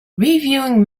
reviewing